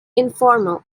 informal